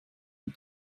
und